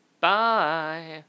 Bye